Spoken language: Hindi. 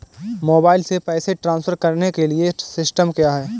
मोबाइल से पैसे ट्रांसफर करने के लिए सिस्टम क्या है?